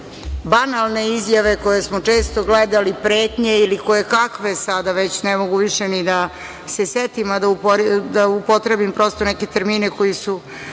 banalne izjave koje smo često gledali, pretnje ili kojekakve, sada već ne mogu više ni da se setim, a da upotrebim prosto neke termine koji su